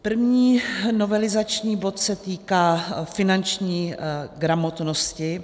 První novelizační bod se týká informační gramotnosti.